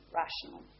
rational